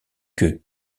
que